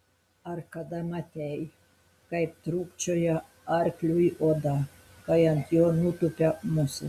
ar kada matei kaip trūkčioja arkliui oda kai ant jo nutupia musė